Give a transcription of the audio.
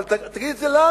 אבל תגיד את זה לנו.